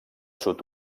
sud